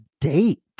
date